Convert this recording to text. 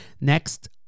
Next